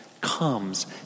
comes